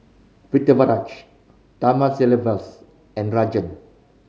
Pritiviraj Thamizhavel and Rajan